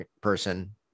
person